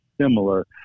similar